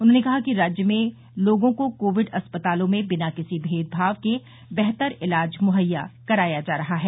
उन्होंने कहा कि राज्य में लोगों को कोविड अस्पतालों में बिना किसी भेदभाव के बेहतर इलाज मुहैया कराया जा रहा है